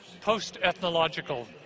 post-ethnological